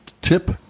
tip